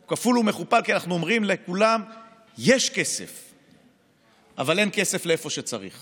ולפיכך אנחנו עוברים להצבעה על הסתייגות מס' 565. השר טרופר,